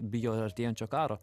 bijo artėjančio karo